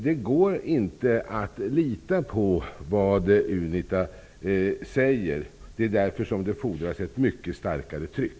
Det går inte att lita på vad UNITA säger. Det fordras därför ett mycket starkare tryck.